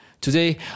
Today